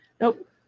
Nope